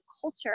culture